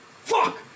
fuck